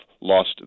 lost